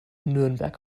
nürnberg